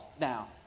now